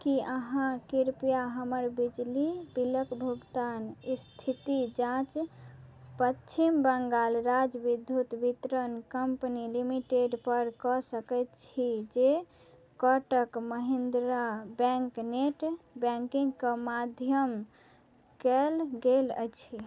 कि अहाँ कृपया हमर बिजली बिलके भुगतान इस्थिति जाँच पच्छिम बङ्गाल राज्य विद्युत वितरण कम्पनी लिमिटेडपर कऽ सकै छी जे कोटक महिन्द्रा बैँक नेट बैँकिन्गके माध्यम कएल गेल अछि